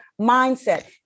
mindset